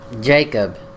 Jacob